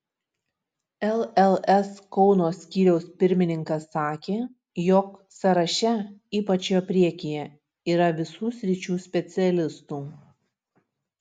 lls kauno skyriaus pirmininkas sakė jog sąraše ypač jo priekyje yra visų sričių specialistų